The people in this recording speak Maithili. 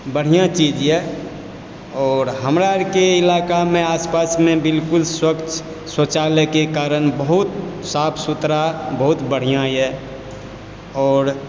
बढ़िआँ चीज यऽ आओर हमर अरके इलाकामे बिलकुल स्वच्छ शौचालयके कारण बहुत साफ सुथरा बहुत बढ़िआँ यऽ आओर